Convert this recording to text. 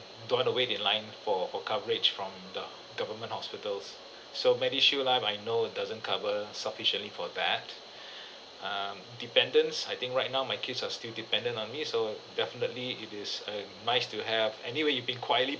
don't want to wait in line for for coverage from the government hospitals so MediShield Life I know it doesn't cover sufficiently for that um dependents I think right now my kids are still dependent on me so definitely it is uh nice to have anywhere you've been quietly